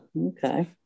Okay